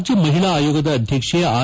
ರಾಜ್ಯ ಮಹಿಳಾ ಆಯೋಗದ ಅಧ್ಯಕ್ಷೆ ಆರ್